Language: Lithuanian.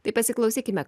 tai pasiklausykime